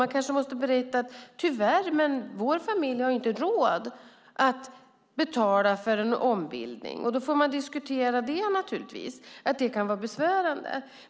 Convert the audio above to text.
Man kanske måste säga: Tyvärr, men vår familj har inte råd att betala för en ombildning. Då får man naturligtvis diskutera det, att det kan vara besvärande.